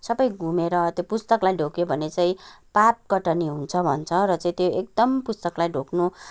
सबै घुमेर त्यो पुस्तकलाई ढोग्यो भने चाहिँ पाप कटनी हुन्छ भन्छ र चाहिँ त्यो एकदम पुस्तकलाई ढोग्नु